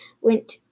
went